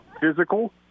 physical